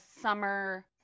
summer